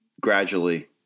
gradually